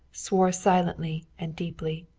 swore silently and deeply.